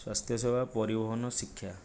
ସ୍ୱାସ୍ଥ୍ୟ ସେବା ପରିବହନ ଶିକ୍ଷା